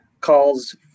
calls